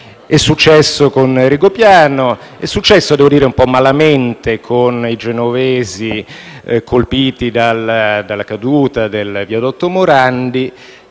È successo con Rigopiano, è successo, devo dire un po' malamente, con i genovesi colpiti dalla caduta del viadotto Morandi,